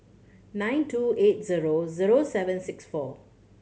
nine two eight zero zero seven six four